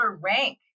rank